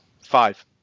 Five